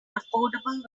affordable